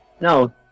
No